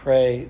Pray